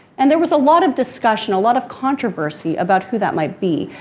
and there was a lot of discussion, a lot of controversy about who that might be.